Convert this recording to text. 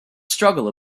struggle